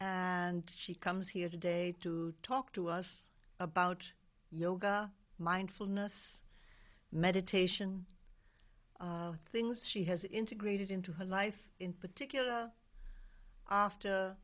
and she comes here today to talk to us about yoga mindfulness meditation things she has integrated into her life in particular after